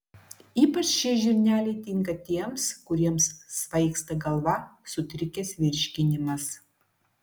ypač šie žirneliai tinka tiems kuriems svaigsta galva sutrikęs virškinimas